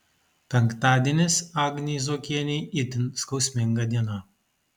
penktadienis agnei zuokienei itin skausminga diena